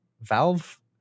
valve